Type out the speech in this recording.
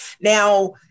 Now